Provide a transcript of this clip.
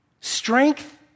Strength